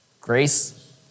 grace